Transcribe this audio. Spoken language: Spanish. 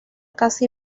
casi